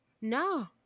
no